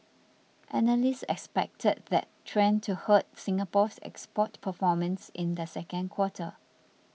analysts expected that trend to hurt Singapore's export performance in the second quarter